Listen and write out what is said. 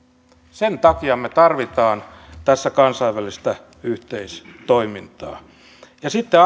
sen takia me tarvitsemme tässä kansainvälistä yhteistoimintaa ja sitten